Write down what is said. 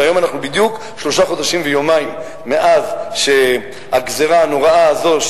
והיום אנחנו שלושה חודשים ויומיים מאז שהגזירה הנוראה הזאת,